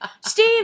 steve